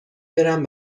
برم